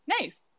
Nice